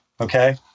Okay